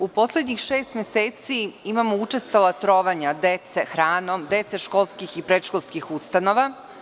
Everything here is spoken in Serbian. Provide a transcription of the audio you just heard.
U poslednjih šest meseci imamo učestala trovanja dece hranom, dece školskih i predškolskih ustanova.